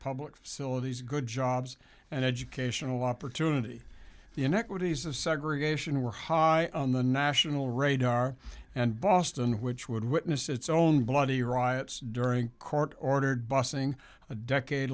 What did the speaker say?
public facilities good jobs and educational opportunity the inequities of segregation were high on the national radar and boston which would witness its own bloody riots during court ordered busing a decade